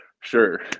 sure